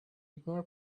ignore